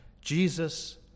Jesus